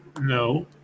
No